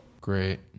great